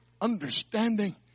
understanding